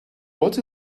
what